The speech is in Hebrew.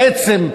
בעצם,